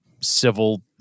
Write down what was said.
civil